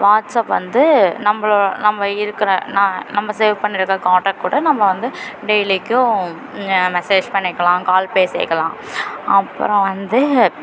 WhatsApp வந்து நம்மள நம்ம இருக்கிற நான் நம்ம சேவ் பண்ணியிருக்க கான்டெக்ட் கூட நம்ம வந்து டெய்லிக்கும் மெசேஜ் பண்ணிக்கலாம் கால் பேசிக்கலாம் அப்புறம் வந்து